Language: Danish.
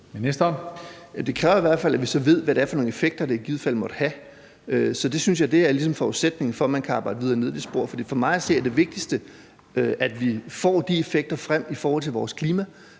Det kræver i hvert fald, at vi så ved, hvad det er for nogle effekter, det i givet fald måtte have. Det synes jeg ligesom er forudsætningen for, at man kan arbejde videre ned ad det spor. For mig at se er det vigtigste, at vi får de effekter frem i forhold til vores klima,